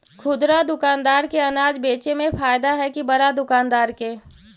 खुदरा दुकानदार के अनाज बेचे में फायदा हैं कि बड़ा दुकानदार के?